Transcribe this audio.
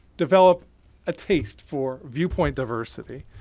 develop a taste for viewpoint diversity.